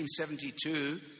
1972